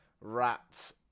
rats